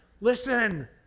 Listen